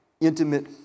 intimate